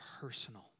personal